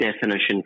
definition